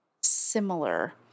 similar